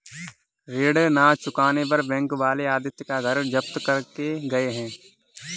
ऋण ना चुकाने पर बैंक वाले आदित्य का घर जब्त करके गए हैं